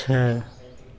छः